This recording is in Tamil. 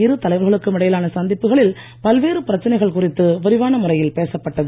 இரு தலைவர்களுக்கும் இடையிலான சந்திப்புகளில் பல்வேறு பிரச்சனைகள் குறித்து விரிவான முறையில் பேசப்பட்டது